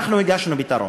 אנחנו הגשנו פתרון,